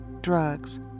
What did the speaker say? Drugs